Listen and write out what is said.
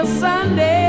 Sunday